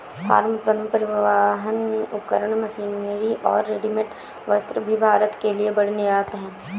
farm उत्पाद, परिवहन उपकरण, मशीनरी और रेडीमेड वस्त्र भी भारत के लिए बड़े निर्यात हैं